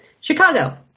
Chicago